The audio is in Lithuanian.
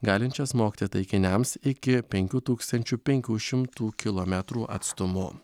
galinčias smogti taikiniams iki penkių tūkstančių penkių šimtų kilometrų atstumu